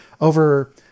over